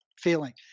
feeling